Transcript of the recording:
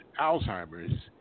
Alzheimer's